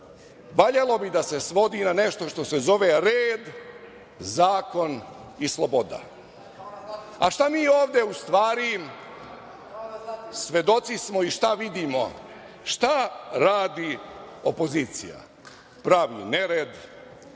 valjalo bi da se svodi na nešto što se zove red, zakon i sloboda. Šta mi ovde, u stvari, svedoci smo, vidimo? Šta radi opozicija? Pravi nered,